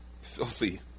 filthy